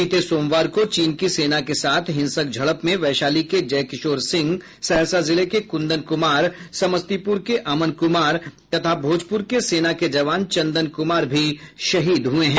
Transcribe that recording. बीते सोमवार को चीन की सेना के साथ हिंसक झड़प में वैशाली के जयकिशोर सिंह सहरसा जिले के कुंदन कुमार समस्तीपुर के अमन कुमार तथा भोजपुर के सेना के जवान चंदन कुमार भी शहीद हुए हैं